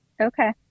Okay